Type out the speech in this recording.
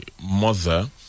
mother